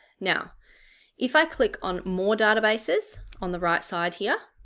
now if i click on more databases, on the right side here,